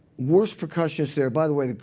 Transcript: worst percussionist there by the way,